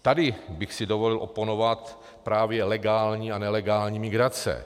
Tady bych si dovolil oponovat právě legální a nelegální migrace.